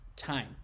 time